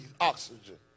oxygen